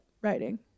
writing